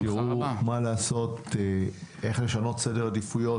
תראה איך אפשר אולי לשנות סדר עדיפויות,